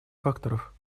факторов